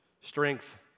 strength